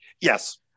Yes